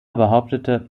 behauptete